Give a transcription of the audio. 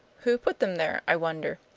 who put them there, i wonder?